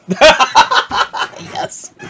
Yes